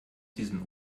diesen